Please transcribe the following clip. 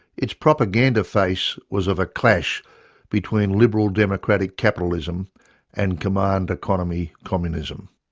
its propaganda face was of a clash between liberal democratic capitalism and command-economy communism.